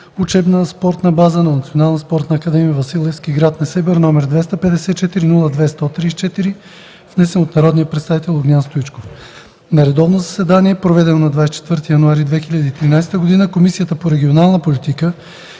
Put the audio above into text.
учебна спортна база на Националната спортна академия „Васил Левски” – град Несебър, № 254-02-134, внесен от народния представител Огнян Стоичков На редовно заседание, проведено на 24 януари 2013 г., Комисията по регионална политика